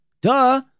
Duh